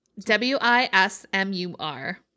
W-I-S-M-U-R